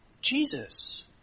Jesus